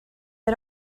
had